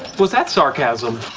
was that sarcasm?